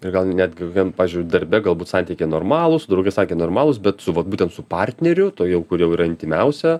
ir gal netgi vien pavyzdžiui darbe galbūt santykiai normalūs su drauge santykiai normalūs bet su va būtent su partneriu tuo jau kur jau yra intymiausia